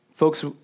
folks